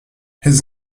his